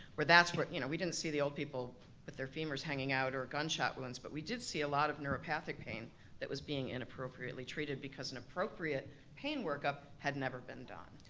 where that's where, you know, we didn't see the old people with their femurs hanging out or gunshot wounds, but we did see a lot of neuropathic pain that was being inappropriately treated because an appropriate pain workup had never been done.